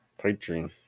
Patreon